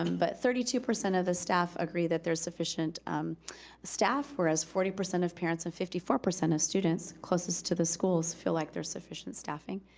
um but thirty two percent of the staff agree that there's sufficient staff, whereas forty percent of parents and fifty four percent of students closest to the schools, feels like there's sufficient staffing.